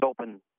open